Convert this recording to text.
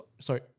Sorry